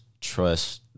trust